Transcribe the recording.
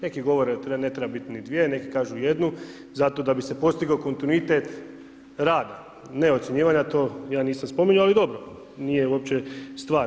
Neki govore da ne treba biti ni 2, neki kažu jednu, zato da bi se postigao kontinuitet rada, ne ocjenjivanja, to ja nisam spominjao, ali dobro, nije uopće stvar.